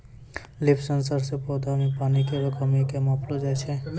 leaf sensor सें पौधा म पानी केरो कमी क मापलो जाय छै